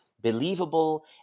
believable